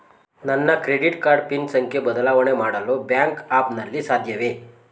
ನನ್ನ credit card PIN ಸಂಖ್ಯೆ ಬದಲಾವಣೆ ಮಾಡಲು ಬ್ಯಾಂಕ್ ಆ್ಯಪ್ ನಲ್ಲಿ ಸಾಧ್ಯವೇ?